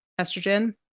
estrogen